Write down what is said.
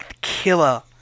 killer